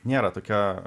nėra tokia